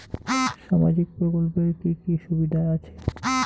সামাজিক প্রকল্পের কি কি সুবিধা আছে?